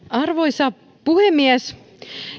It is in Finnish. arvoisa puhemies